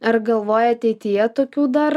ar galvoji ateityje tokių dar